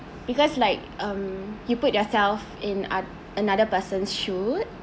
because like um you put yourself in oth~ another person's shoe